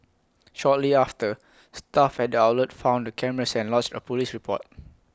shortly after staff at the outlet found the cameras and lodged A Police report